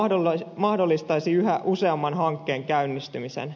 se mahdollistaisi yhä useamman hankkeen käynnistymisen